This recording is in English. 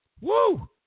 Woo